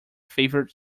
favourite